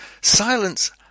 Silence